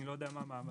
אני לא יודע מה מעמדם,